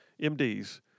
MDs